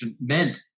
meant